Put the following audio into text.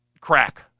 crack